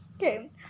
Okay